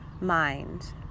mind